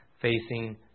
Facing